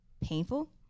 painful